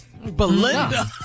Belinda